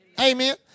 Amen